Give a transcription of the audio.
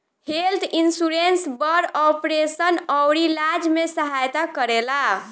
health insurance बड़ operation अउरी इलाज में सहायता करेला